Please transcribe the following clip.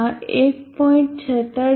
આ 1